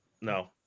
No